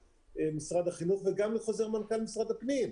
משרד החינוך וגם לחוזר מנכ"ל משרד הפנים,